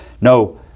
no